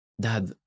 dad